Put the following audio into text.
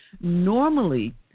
Normally